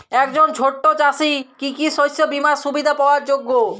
একজন ছোট চাষি কি কি শস্য বিমার সুবিধা পাওয়ার যোগ্য?